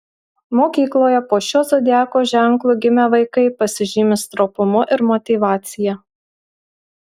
mokykloje po šiuo zodiako ženklu gimę vaikai pasižymi stropumu ir motyvacija